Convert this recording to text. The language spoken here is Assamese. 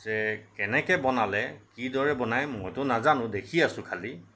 যে কেনেকৈ বনালে কি দৰে বনাই মইটো নাজানো দেখি আছো খালী